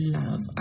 love